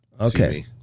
Okay